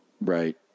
Right